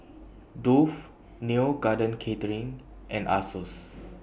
Dove Neo Garden Catering and Asos